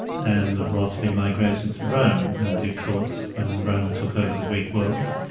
and the philosophy migrated to rome in due course when rome took over the greek world.